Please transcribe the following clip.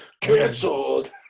Cancelled